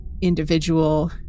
individual